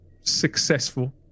successful